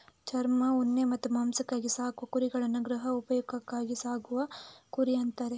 ಚರ್ಮ, ಉಣ್ಣೆ ಮತ್ತೆ ಮಾಂಸಕ್ಕಾಗಿ ಸಾಕುವ ಕುರಿಗಳನ್ನ ಗೃಹ ಉಪಯೋಗಕ್ಕಾಗಿ ಸಾಕುವ ಕುರಿ ಅಂತಾರೆ